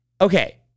okay